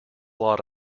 lot